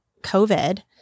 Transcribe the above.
COVID